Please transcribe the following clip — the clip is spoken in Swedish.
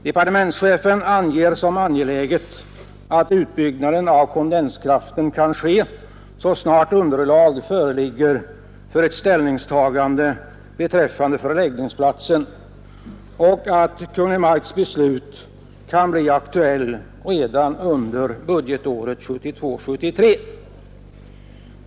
Departementschefen anger som angeläget att utbyggnaden av kondenskraften kan ske så snart underlag föreligger för ett ställningstagande beträffande förläggningsplatsen och att Kungl. Maj:ts beslut kan bli aktuellt redan under budgetåret 1972/73.